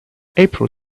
april